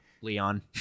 Leon